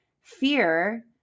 fear